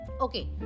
Okay